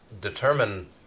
determine